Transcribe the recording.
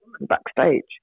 backstage